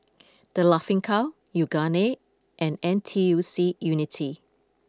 The Laughing Cow Yoogane and N T U C Unity